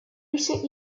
recent